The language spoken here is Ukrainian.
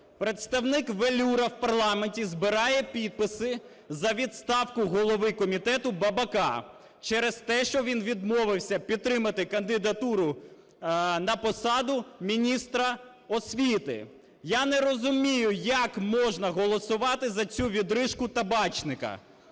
Представник "Велюр" у парламенті збирає підписи за відставку голови комітету Бабака через те, що він відмовився підтримати кандидатуру на посаду міністра освіти. Я не розумію, як можна голосувати за цю "відрижку" Табачника,